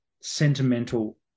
sentimental